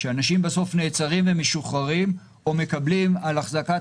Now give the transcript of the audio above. שאנשים בסוף נעצרים ומשוחררים או מקבלים על החזקת